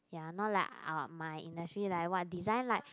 ya not like I my industry like what design like